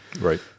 Right